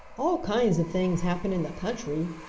all kinds of things happen in the country,